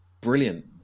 brilliant